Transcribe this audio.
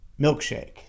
milkshake